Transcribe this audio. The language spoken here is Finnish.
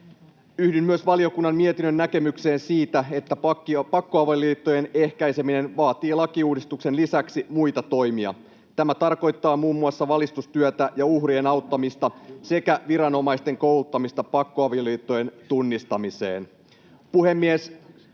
Yhdyn myös valiokunnan mietinnön näkemykseen siitä, että pakkoavioliittojen ehkäiseminen vaatii lakiuudistuksen lisäksi muita toimia. Tämä tarkoittaa muun muassa valistustyötä ja uhrien auttamista sekä viranomaisten kouluttamista pakkoavioliittojen tunnistamiseen.